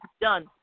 done